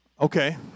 Okay